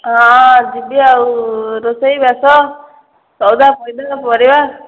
ହ ଯିବି ଆଉ ରୋଷେଇବାସ ସଉଦା ପରିବା